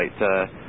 right